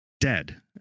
dead